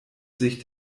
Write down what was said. sich